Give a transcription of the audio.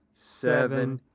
seven,